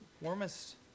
warmest